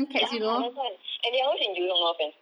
ya that's why and they are always in jurong no offence